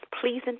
pleasing